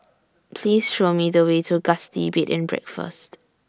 Please Show Me The Way to Gusti Bed and Breakfast